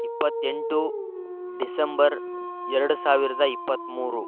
ಇಪ್ಪತ್ತೆಂಟು ಡಿಸೆಂಬರ್ ಎರಡು ಸಾವಿರದ ಇಪ್ಪತ್ತ್ಮೂರು